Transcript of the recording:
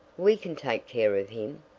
we can take care of him,